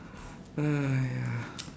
!aiya!